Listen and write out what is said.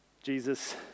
Jesus